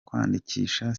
kwandikisha